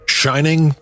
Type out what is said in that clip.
shining